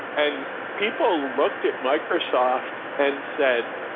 and people looked at microsoft and said,